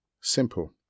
Simple